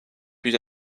plus